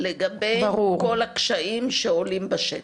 לגבי כל הקשיים שעולים בשטח.